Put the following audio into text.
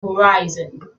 horizon